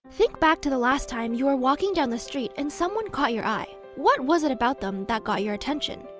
think back to the last time you were walking down the street, and someone caught your eye. what was it about them that got your attention?